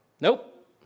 Nope